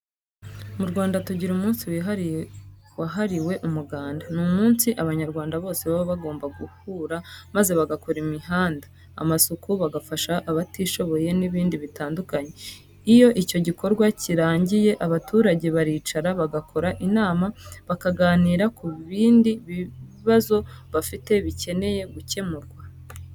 Mu Rwanda tugira umunsi wihariye wahariwe Umuganda. Ni umunsi Abanyarwanda bose baba bagomba guhura maze bagakora imihanda, amasuku, bagafasha abatishoboye n'ibindi bitandukanye. Iyo icyo gikorwa kirangiye abaturage baricara bagakora inama bakaganira ku bindi bibazo bafite bikeneye gukemurwa.